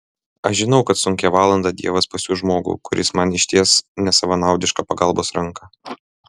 aš žinau kad sunkią valandą dievas pasiųs žmogų kuris man išties nesavanaudišką pagalbos ranką